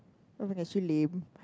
lame